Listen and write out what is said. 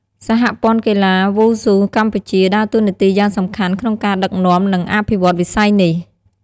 សហព័ន្ធកីឡាវ៉ូស៊ូកម្ពុជា ដើរតួនាទីយ៉ាងសំខាន់ក្នុងការដឹកនាំ និងអភិវឌ្ឍន៍វិស័យនេះ។